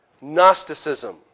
Gnosticism